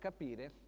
capire